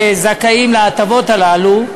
שזכאים להטבות האלה,